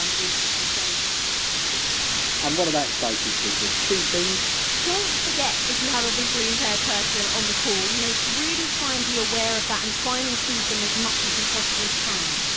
um we can kind of gauge what specific things, and what about sighted people key things? don't forget that you have a visually impaired person on the call, you know really try and be aware of that and try and include them as much as you possibly can.